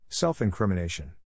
Self-incrimination